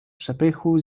przepychu